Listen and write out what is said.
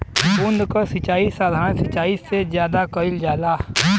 बूंद क सिचाई साधारण सिचाई से ज्यादा कईल जाला